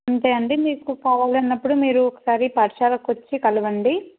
అంతే అండి మీకు కావాలన్నప్పుడు మీరు ఒకసారి పాఠశాలకు వచ్చి కలవండి